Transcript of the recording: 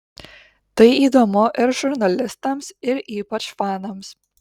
tai įdomu ir žurnalistams ir ypač fanams